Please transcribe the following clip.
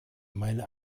meine